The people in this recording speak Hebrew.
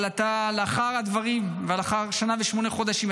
אבל לאחר הדברים ולאחר שנה ושמונה חודשים,